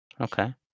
Okay